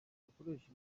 bakoresha